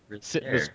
sitting